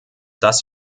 das